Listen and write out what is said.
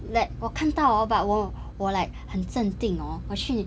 like 我看到哦 but 我我 like 很镇定 hor 我去